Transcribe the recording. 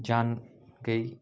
जान गई